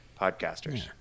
podcasters